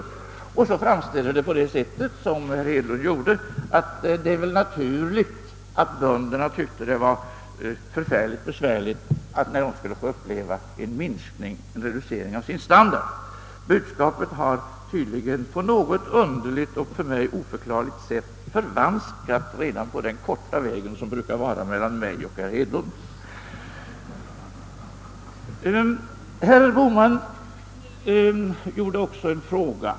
Herr Hedlund framställer det i stället så, att det är naturligt att bönderna tyckte att det var förfärligt tråkigt att de skulle få vidkännas en minskning av sin standard. Budskapet har tydligen på något underligt och för mig oförklarligt sätt förvanskats redan på den korta väg som det brukar vara mellan mig och herr Hedlund. Herr Bohman ställde också en fråga.